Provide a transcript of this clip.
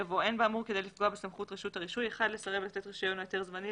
באמור כדי לפגוע בסמכות רשות הרישוי לסרב לתת רישיון או היתר זמני,